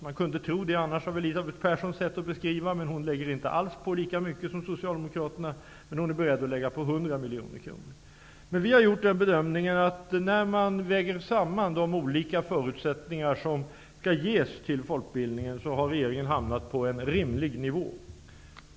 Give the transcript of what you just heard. Man kunde annars tro det med tanke på Elisabeth Perssons sätt att beskriva detta, men hon lägger inte alls på lika mycket som Socialdemokraterna, men hon är beredd att ge ytterligare 100 miljoner kronor. Vi har emellertid gjort bedömningen att när man väger samman de olika förutsättningar som skall ges till folkbildningen, har regeringen hamnat på en rimlig nivå.